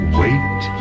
wait